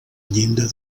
llinda